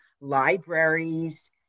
libraries